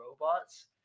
robots